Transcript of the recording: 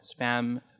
Spam